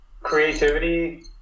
creativity